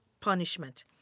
punishment